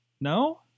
No